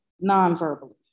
non-verbally